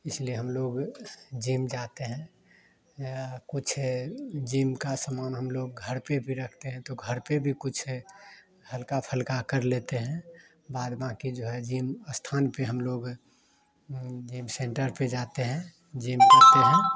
इसलिए हम लोग जिम जाते हैं या कुछ जिम का सामान हम लोग घर पर भी रखते हैं तो घर पर भी कुछ है हल्का फुलका कर लेते हैं बार बाक़ी जो है जिम स्थान पर हम लोग एक सेंटर पर जाते हैं जिम करते हैं